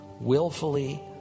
willfully